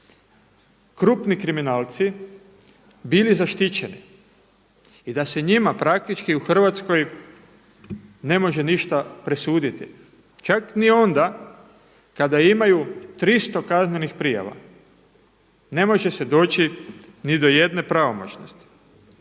krupni kriminalci bili zaštićeni i da se njima praktički u Hrvatskoj ne može ništa presuditi, čak ni onda kada imaju 300 kaznenih prijava, ne može se doći ni do jedne pravomoćnosti.